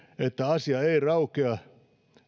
että asia ei raukea